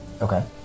Okay